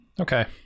okay